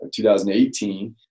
2018